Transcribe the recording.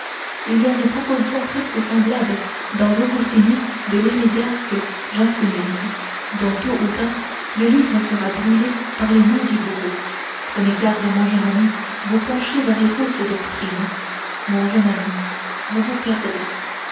il y a une proposition presque semblable dans l'augustinus de l'hérésiarque jansénius dont tôt ou tard le livre sera brûlé par les mains du bourreau prenez garde mon jeune ami vous penchez vers les fausses doctrines mon jeune ami vous vous perdrez